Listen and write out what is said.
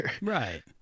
Right